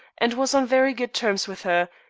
and was on very good terms with her,